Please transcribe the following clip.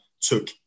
took